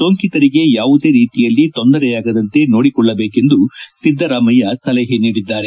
ಸೋಂಕಿತರಿಗೆ ಯಾವುದೇ ರೀತಿಯಲ್ಲಿ ತೊಂದರೆಯಾಗದಂತೆ ನೋಡಕೊಳ್ಳಬೇಕೆಂದು ಸಿದ್ದರಾಮಯ್ಯ ಸಲಹೆ ನೀಡಿದ್ದಾರೆ